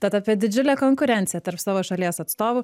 tad apie didžiulę konkurenciją tarp savo šalies atstovų